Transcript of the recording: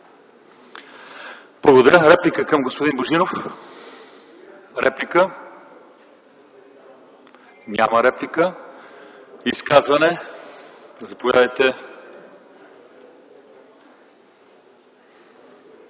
Благодаря. Реплика към господин Божинов? Няма реплика. За изказване, заповядайте,